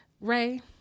Ray